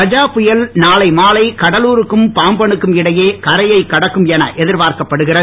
கஜா புயல் நாளை மாலை கடலூருக்கும் பாம்பனுக்கும் இடையே கரையைக் கடக்கும் என எதிர்பார்க்கப்படுகிறது